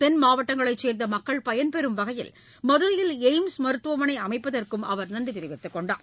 தென் மாவட்டங்களை சேர்ந்த மக்கள் பயன்பெறும் வகையில் மதுரையில் எயிம்ஸ் மருத்துவமனை அமைப்பதற்கு அவர் நன்றி தெரிவித்துக்கொண்டார்